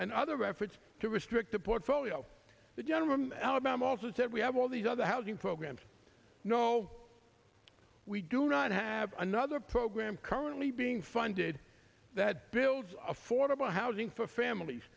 and other efforts to restrict the portfolio the general alabama also said we have all these other housing programs no we do not have another program currently being funded that builds affordable housing for families